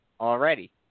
already